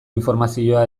informazioa